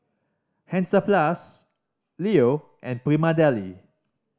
Hansaplast Leo and Prima Deli